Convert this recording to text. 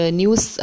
news